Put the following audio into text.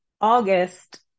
August